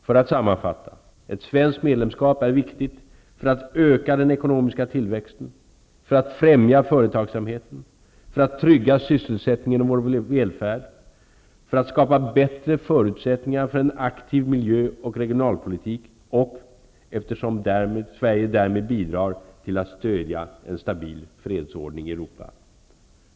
För att sammanfatta: Ett svenskt medlemskap i EG är viktigt - för att öka den ekonomiska tillväxten, - för att främja företagsamheten, - för att trygga sysselsättningen och vår välfärd, - för att skapa bättre förutsättningar för en aktiv miljö och regionalpolitik, och - eftersom Sverige därmed bidrar till att stödja en stabil fredsordning i Europa.